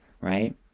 right